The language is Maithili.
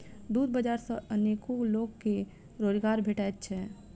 दूध बाजार सॅ अनेको लोक के रोजगार भेटैत छै